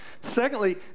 Secondly